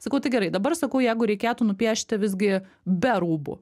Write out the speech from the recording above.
sakau tai gerai dabar sakau jeigu reikėtų nupiešti visgi be rūbų